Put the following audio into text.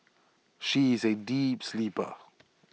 she is A deep sleeper